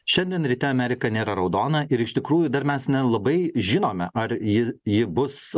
šiandien ryte amerika nėra raudona ir iš tikrųjų dar mes nelabai žinome ar ji ji bus